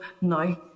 now